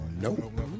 Nope